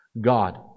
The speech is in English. God